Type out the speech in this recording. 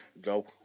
go